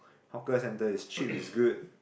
hawker centre is cheap is good